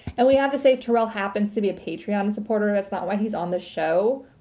and we have to say terrell happens to be a patreon supporter, that's not why he's on the show.